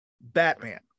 Batman